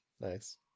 Nice